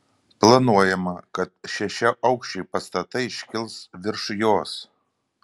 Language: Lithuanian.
planuojama kad šešiaaukščiai pastatai iškils virš jos